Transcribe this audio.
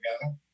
together